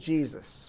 Jesus